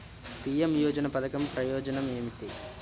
PM యోజన పధకం ప్రయోజనం ఏమితి?